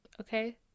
Okay